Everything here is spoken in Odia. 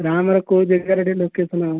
କୋଉ ଜାଗାରେ ଟିକେ ଲୋକେସନ୍